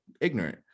ignorant